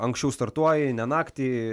anksčiau startuoji ne naktį